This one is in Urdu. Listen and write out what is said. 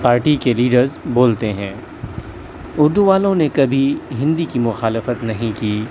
پارٹی کے لیڈرس بولتے ہیں اردو والوں نے کبھی ہندی کی مخالفت نہیں کی